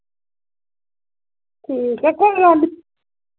ठीक ऐ कोई गल्ल नि